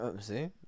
See